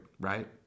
right